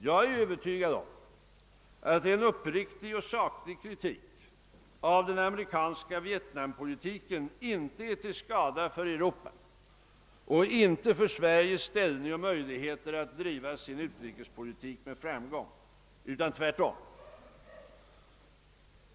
Jag är övertygad om att en uppriktig och saklig kritik av den amerikanska vietnampolitiken inte är till skada för Europa och inte för Sveriges ställning och möjligheter att driva sin utrikespolitik med framgång, utan tvärtom.